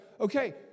okay